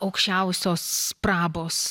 aukščiausios prabos